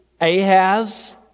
ahaz